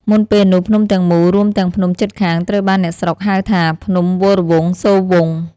មុនពេលនោះ ភ្នំទាំងមូលរួមទាំងភ្នំជិតខាងត្រូវបានអ្នកស្រុកហៅថា "ភ្នំវរវង្សសូរវង្ស"។